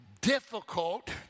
difficult